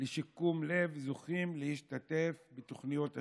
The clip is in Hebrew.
לשיקום לב זוכים להשתתף בתוכניות השיקום.